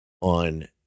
On